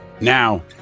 Now